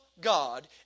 God